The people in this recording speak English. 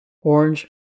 orange